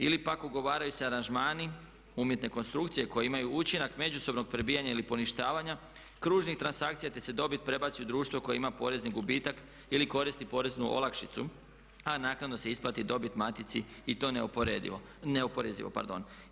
Ili pak ugovaraju se aranžmani, umjetne konstrukcije koje imaju učinak međusobnog prebijanja ili poništavanja, kružnih transakcija, te se dobit prebacuje u društvo koje ima porezni gubitak ili koristi poreznu olakšicu, a naknadno se isplati dobit matici i to neoporedivo, neoporezivo pardon.